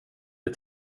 det